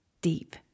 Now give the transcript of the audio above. deep